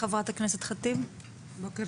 חברת הכנסת ח'טיב, בבקשה.